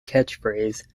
catchphrase